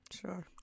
Sure